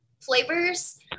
flavors